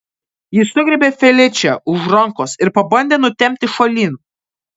jis sugriebė feličę už rankos ir pabandė nutempti šalin